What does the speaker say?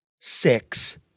Six